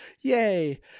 yay